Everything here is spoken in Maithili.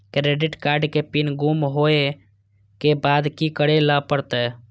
क्रेडिट कार्ड के पिन गुम होय के बाद की करै ल परतै?